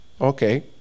okay